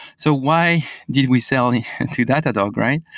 so why did we sell and into datadog, right?